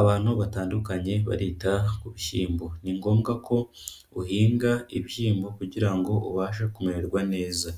Abantu batandukanye barita ku bishyimbo. Ni ngombwa ko uhinga ibishyimbo kugira ngo ubashe kumererwa neza.